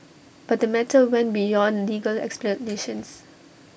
but the matter went beyond legal explanations